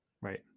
right